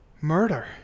murder